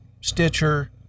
Stitcher